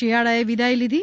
શિયાળાએ વિદાય લીધી